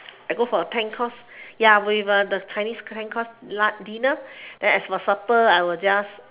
I go for a ten course ya with the chinese ten course like dinner and as for supper I'll just